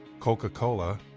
coca cola,